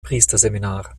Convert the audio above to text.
priesterseminar